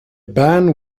band